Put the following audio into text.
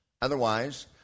Otherwise